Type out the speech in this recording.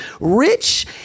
rich